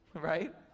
right